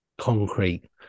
concrete